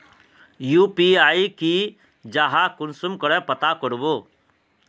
UPI की जाहा कुंसम करे पता करबो?